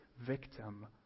victim